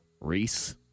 Reese